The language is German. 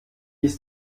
ist